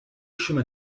chemin